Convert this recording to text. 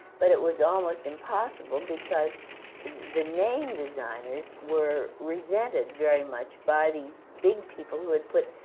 but it was almost impossible, because the name designers were resented very much by these big people who had put.